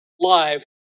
live